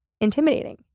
intimidating